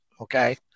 Okay